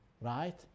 right